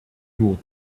nur